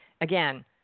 again